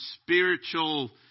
spiritual